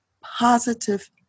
positive